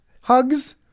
hugs